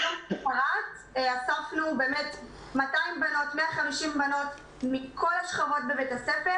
ביום אחר אספנו 150 200 בנות מכל השכבות בבית הספר